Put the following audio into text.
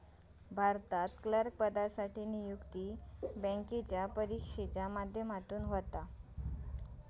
भारतात क्लर्क पदासाठी नियुक्ती बॅन्केच्या परिक्षेच्या माध्यमातना होता